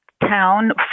Town